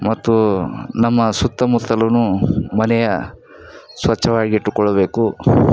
ಮತ್ತು ನಮ್ಮ ಸುತ್ತಮುತ್ತಲು ಮನೆಯ ಸ್ವಚ್ಛವಾಗಿಟ್ಟುಕೊಳ್ಳಬೇಕು